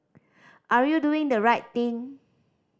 are you doing the right thing